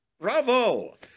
Bravo